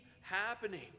happening